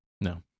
No